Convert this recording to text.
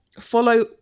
follow